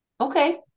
okay